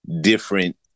different